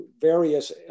various